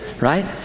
Right